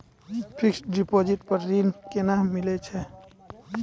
Fixed deposit पर ऋण केना मिलै छै?